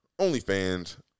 OnlyFans